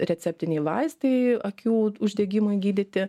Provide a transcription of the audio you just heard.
receptiniai vaistai akių uždegimui gydyti